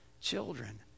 children